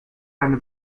eine